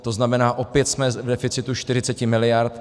To znamená, opět jsme v deficitu 40 miliard.